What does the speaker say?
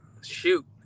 Shoot